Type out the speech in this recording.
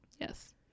Yes